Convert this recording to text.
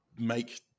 make